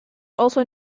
also